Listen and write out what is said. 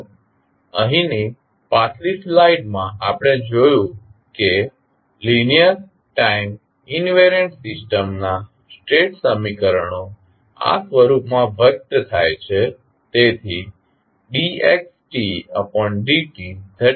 તો અહીંની પાછલી સ્લાઈડમાં આપણે જોયું કે લીનીઅર ટાઇમ ઇન્વેરીયન્ટ સિસ્ટમ નાં સ્ટેટ સમીકરણો આ સ્વરૂપમાં વ્યક્ત થાય છે